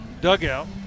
dugout